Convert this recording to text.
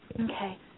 okay